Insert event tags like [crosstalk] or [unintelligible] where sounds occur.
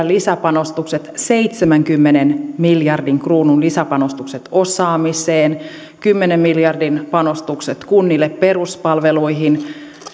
[unintelligible] lisäpanostukset seitsemänkymmenen miljardin kruunun lisäpanostukset osaamiseen kymmenen miljardin panostukset kunnille peruspalveluihin